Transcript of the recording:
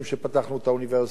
כשפתחנו את האוניברסיטה,